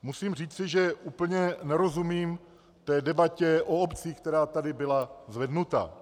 Musím říci, že úplně nerozumím debatě o obcích, která tady byla zvednuta.